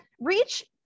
reach